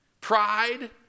pride